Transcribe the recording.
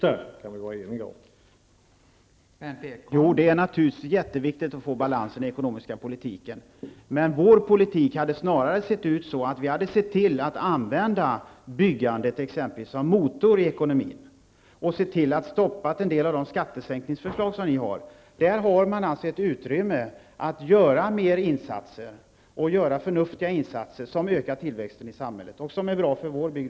Fru talman! Det är naturligtvis jätteviktigt att få balans i den ekonomiska politiken. Men vår politik hade snarare varit att vi hade använt t.ex.byggandet såsom en motor i ekonomin och stoppat en del av era skattesänkningsförslag. Där har man ett utrymme att göra flera förnuftiga insatser, som ökar tillväxten i samhället och som är bra även för vår bygd.